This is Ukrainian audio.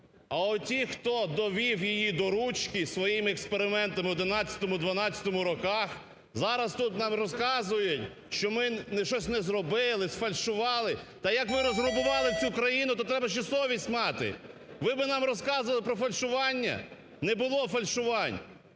А оті, хто довів її до ручки своїми експериментами в 11-12-му роках, зараз тут нам розказують, що ми щось не зробили, сфальшували. Та як ви розграбували цю країну, то треба ще совість мати. Ви би нам розказували про фальшування? Не було фальшувань!